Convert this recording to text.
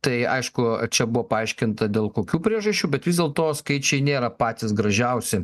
tai aišku čia buvo paaiškinta dėl kokių priežasčių bet vis dėlto skaičiai nėra patys gražiausi